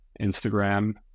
Instagram